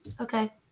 Okay